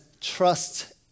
trust